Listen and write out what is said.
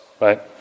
right